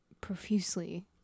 profusely